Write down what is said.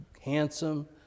handsome